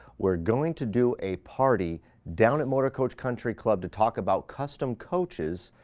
we're going to do a party down at motorcoach country club to talk about custom coaches.